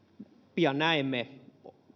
pian näemme